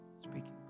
speaking